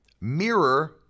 mirror